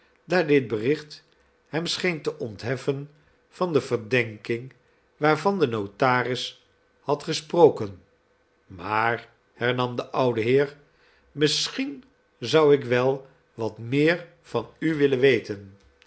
daar dit bericht hem scheen te ontheffen van de verdenking waarvan de notaris had gesproken maar hernam de oude heer misschien zou ik wel wat meer van u willen weten